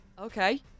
Okay